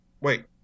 wait